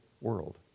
world